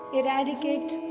eradicate